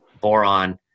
boron